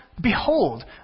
Behold